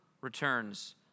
returns